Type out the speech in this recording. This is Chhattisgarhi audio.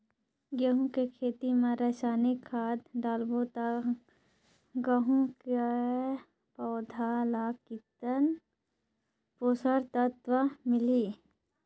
गंहू के खेती मां रसायनिक खाद डालबो ता गंहू के पौधा ला कितन पोषक तत्व मिलही?